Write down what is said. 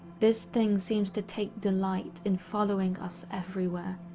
this thing seems to take delight in following us everywhere,